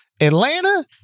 Atlanta